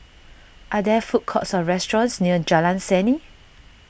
are there food courts or restaurants near Jalan Seni